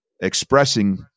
expressing